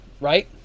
right